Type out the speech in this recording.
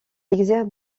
exerce